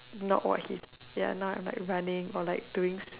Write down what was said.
not what he ya now I'm right running or like doing